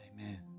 Amen